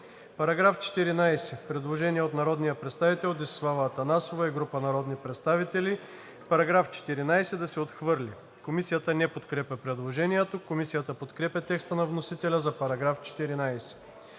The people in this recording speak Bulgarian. Параграф 9 – предложение от народния представител Десислава Атанасова и група народни представители – параграф 9 да се отхвърли. Комисията не подкрепя предложението. Комисията подкрепя текста на вносителя за § 9.